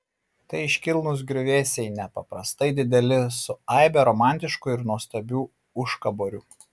tai iškilnūs griuvėsiai nepaprastai dideli su aibe romantiškų ir nuostabių užkaborių